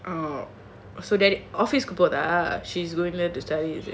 oh so that office keyboard ah she's going there to study is it